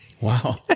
Wow